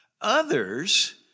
Others